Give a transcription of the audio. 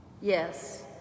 Yes